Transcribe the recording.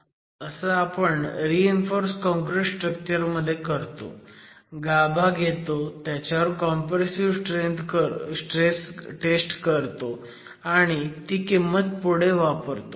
असं आपण reinforce concrete structure मध्ये करतो गाभा घेतो त्याच्यावर कॉम्प्रेसिव्ह टेस्ट करतो आणि ती किंमत पुढे वापरतो